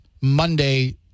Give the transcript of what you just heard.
Monday